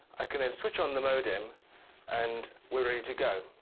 i can and switch on the modem and. we're ready to go.